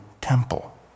temple